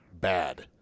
bad